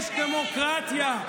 יש דמוקרטיה.